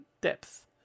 depth